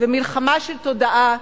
מלחמה של תודעה,